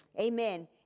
amen